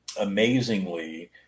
amazingly